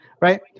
Right